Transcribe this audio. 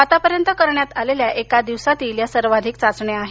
आतापर्यंत करण्यात आलेल्या एका दिवसातील या सर्वाधिक चाचण्या आहेत